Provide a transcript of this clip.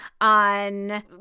on